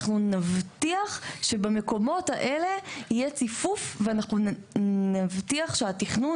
אנחנו נבטיח שבמקומות האלה יהיה ציפוף ואנחנו נבטיח שהתכנון